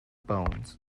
bones